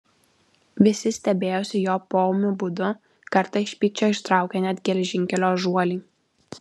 visi stebėjosi jo poūmiu būdu kartą iš pykčio ištraukė net geležinkelio žuolį